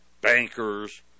Bankers